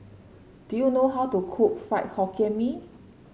do you know how to cook Fried Hokkien Mee